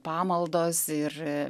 pamaldos ir